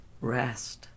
rest